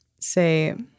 say